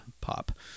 pop